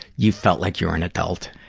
you felt like you were an adult?